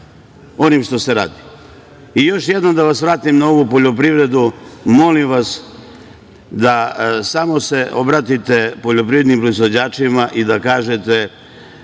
onim što se radi. Još jednom da vas vratim na ovu poljoprivredu. Molim vas da samo se obratite poljoprivrednim proizvođačima i da kažete